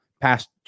past